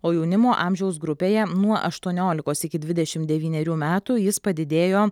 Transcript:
o jaunimo amžiaus grupėje nuo aštuoniolikos iki dvidešimt devynerių metų jis padidėjo